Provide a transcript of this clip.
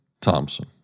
Thompson